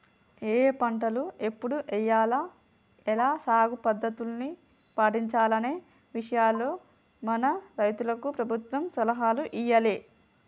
ఏఏ పంటలు ఎప్పుడు ఎయ్యాల, ఎలా సాగు పద్ధతుల్ని పాటించాలనే విషయాల్లో మన రైతులకు ప్రభుత్వం సలహాలు ఇయ్యాలే